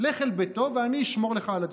לך אל ביתו ואני אשמור לך על הדברים.